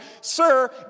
Sir